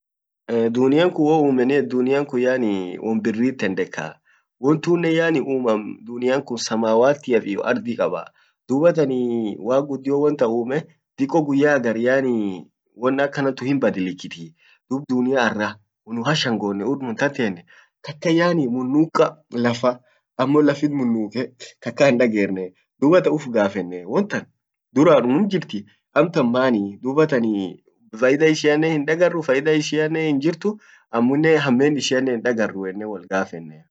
dunian kun woummen